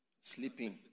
sleeping